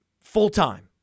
full-time